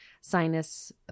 sinus